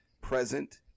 present